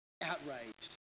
outraged